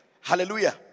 Hallelujah